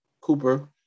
Cooper